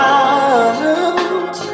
out